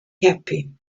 happy